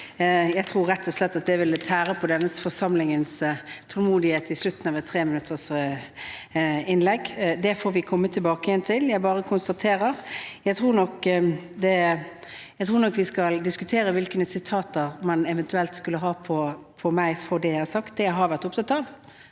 Jeg tror rett og slett at det ville tære på denne forsamlingens tålmodighet på slutten av treminuttersinnleggene. Vi får komme tilbake til det. Jeg bare konstaterer at jeg nok tror vi skal diskutere hvilke sitater man eventuelt skulle ha på meg. For det jeg har sagt, det jeg har vært opptatt av,